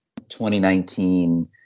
2019